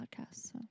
Podcasts